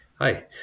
Hi